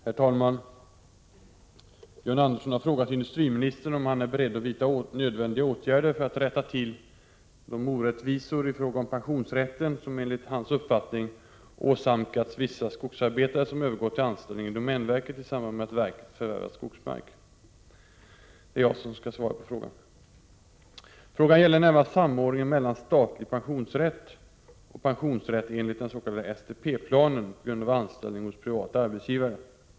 Herr talman! John Andersson har frågat industriministern om han är beredd att vidta nödvändiga åtgärder för att rätta till de orättvisor i fråga om pensionsrätten som enligt hans uppfattning åsamkats vissa skogsarbetare, som övergått till anställning i domänverket i samband med att verket förvärvat skogsmark. Arbetet inom regeringen är så fördelat att det är jag som skall svara på frågan. Frågan gäller närmast samordningen mellan statlig pensionsrätt och pensionsrätt enligt den s.k. STP-planen på grund av anställning hos privat arbetsgivare.